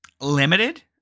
limited